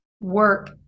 work